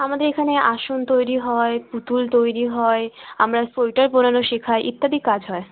আমাদের এখানে আসন তৈরি হয় পুতুল তৈরি হয় আমরা সোয়েটার বোনানো শেখাই ইত্যাদি কাজ হয়